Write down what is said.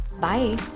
Bye